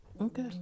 Okay